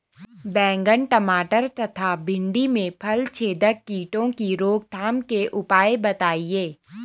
बैंगन टमाटर तथा भिन्डी में फलछेदक कीटों की रोकथाम के उपाय बताइए?